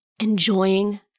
enjoying